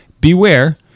beware